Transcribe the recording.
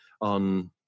on